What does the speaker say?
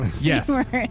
Yes